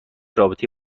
رابطه